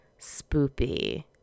Spoopy